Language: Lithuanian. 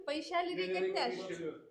paišelį reikia atnešt